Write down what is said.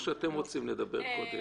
או שאתם רוצים לדבר קודם?